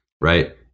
Right